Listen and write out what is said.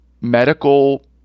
medical